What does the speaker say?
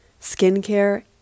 skincare